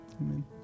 Amen